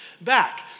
back